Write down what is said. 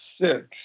six